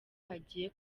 hagiye